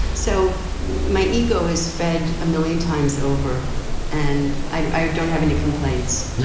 so my ego is fed a million times over and i don't have any complaints